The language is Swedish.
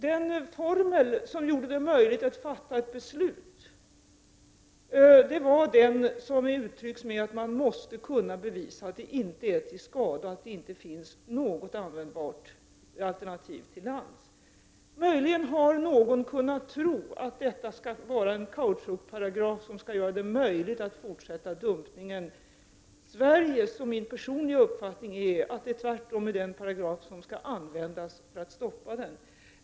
Den formel som gjorde det möjligt att fatta ett beslut var den som uttrycks med att man måste kunna bevisa att avfallet inte är till skada och att det inte finns något användbart alternativt till lands. Möjligen har någon kunnat tro att detta skall vara en kautschukparagraf som skall göra det möjligt att fortsätta dumpningen. Det är min personliga uppfattning att man tvärtom skall använda den här paragrafen för att stoppa dumpningen.